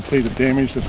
see the damage